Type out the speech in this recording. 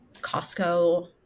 Costco